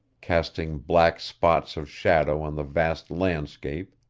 casting black spots of shadow on the vast landscape,